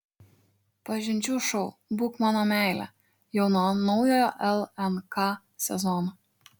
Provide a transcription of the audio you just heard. pažinčių šou būk mano meile jau nuo naujojo lnk sezono